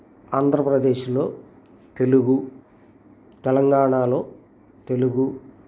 ఆంధ్రప్రదేశ్లో తెలుగు తెలంగాణాలో తెలుగు